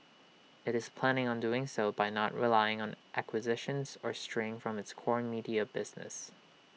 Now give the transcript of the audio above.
IT is planning on doing so by not relying on acquisitions or straying from its core media business